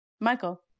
Michael